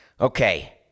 Okay